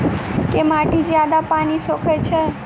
केँ माटि जियादा पानि सोखय छै?